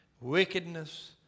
Wickedness